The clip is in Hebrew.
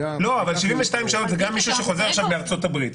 אבל 72 שעות זה גם מישהו שחוזר עכשיו מארצות הברית.